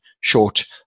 short